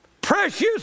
Precious